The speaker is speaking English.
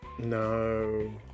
No